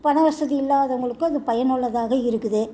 பண வசதி இல்லாதவங்களுக்கும் அது பயனுள்ளதாக இருக்குது